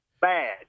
bad